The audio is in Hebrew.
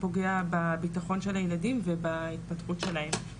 פוגע בביטחון של הילדים ובהתפתחות שלהם.